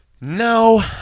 No